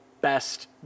best